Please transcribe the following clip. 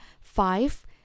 five